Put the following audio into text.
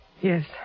Yes